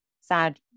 sad